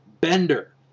Bender